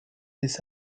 this